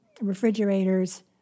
refrigerators